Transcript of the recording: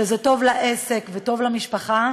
שזה טוב לעסק וטוב למשפחה,